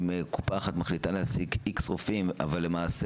אם קופה אחת מחליטה להעסיק X רופאים אבל למעשה